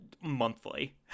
monthly